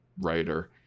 writer